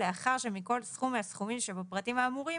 לאחר שמכל סכום מהסכומים שבפרטים האמורים